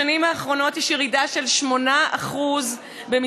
בשנים האחרונות יש ירידה של 8% במספר